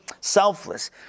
selfless